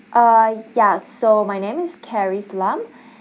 uh ya so my name is charis lam